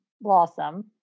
Blossom